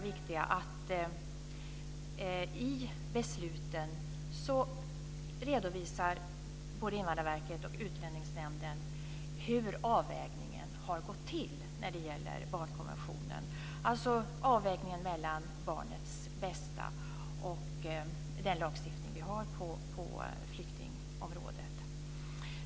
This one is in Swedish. I besluten redovisar både Invandrarverket och Utlänningsnämnden hur avvägningen mot barnkonventionen har gått till, dvs. avvägningen mellan barnets bästa och den lagstiftning vi har på flyktingområdet.